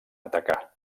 atacar